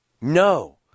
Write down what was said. No